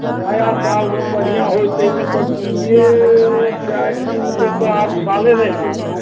नया सालमे बढ़िआँ होइतै अइमे तऽ दुइये चारि दिनके तऽ आब साले रहि गेलैए